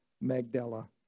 Magdala